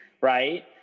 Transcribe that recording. Right